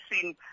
seen